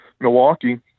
Milwaukee